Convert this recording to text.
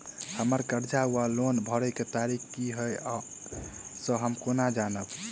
हम्मर कर्जा वा लोन भरय केँ तारीख की हय सँ हम केना जानब?